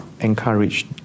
encouraged